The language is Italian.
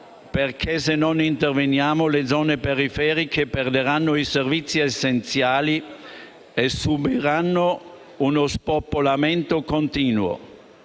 se non interveniamo, infatti, le zone periferiche perderanno i servizi essenziali e subiranno uno spopolamento continuo.